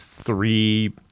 Three